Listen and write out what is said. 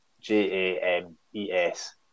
J-A-M-E-S